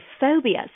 phobias